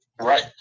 Right